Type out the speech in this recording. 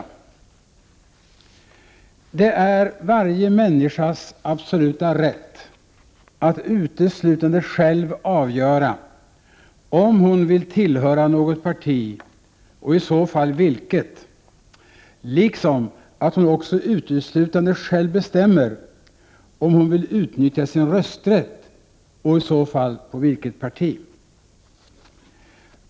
Det är varje människas absoluta rätt att uteslutande själv avgöra om hon vill tillhöra något parti och i så fall vilket liksom att hon också uteslutande själv bestämmer om hon vill utnyttja sin rösträtt. I så fall bestämmer hon också själv vilket parti hon vill rösta på.